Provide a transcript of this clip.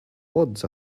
odds